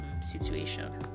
situation